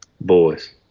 Boys